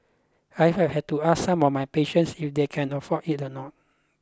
I have had to ask some of my patients if they can afford it or not